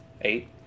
Eight